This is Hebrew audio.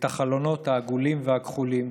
את החלונות העגולים והכחולים,